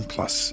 Plus